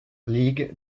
league